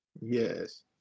Yes